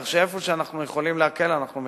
כך שאיפה שאנחנו יכולים להקל אנחנו מקלים.